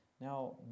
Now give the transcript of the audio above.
Now